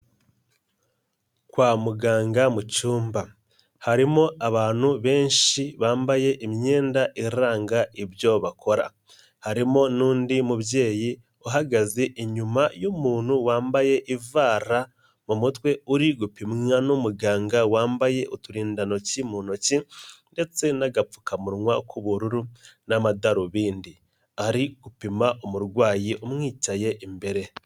Kwa muganga mu cyumba, harimo abantu benshi bambaye imyenda iranga ibyo bakora, harimo n'undi mubyeyi uhagaze inyuma y'umuntu wambaye ivara mu mutwe, uri gupimwa n'umuganga wambaye uturindantoki mu ntoki ndetse n'agapfukamunwa k'ubururu n'amadarubindi, ari gupima umurwayi umwicaye imbere.